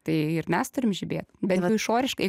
tai ir mes turim žibėt bent jau išoriškai